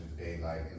Daylight